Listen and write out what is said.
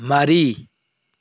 ꯃꯔꯤ